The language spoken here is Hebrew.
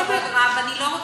לא, אני לא רוצה.